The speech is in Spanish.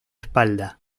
espalda